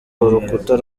urukuta